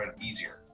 easier